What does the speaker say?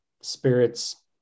spirits